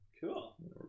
Cool